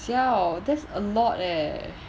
siao that's a lot leh